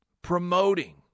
Promoting